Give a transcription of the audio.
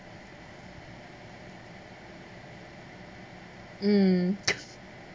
mm